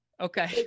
Okay